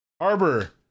Harbor